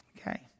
Okay